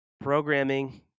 programming